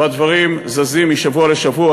והדברים זזים משבוע לשבוע,